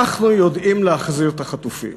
אנחנו יודעים להחזיר את החטופים.